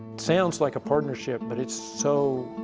sounds like a partnership but it's so,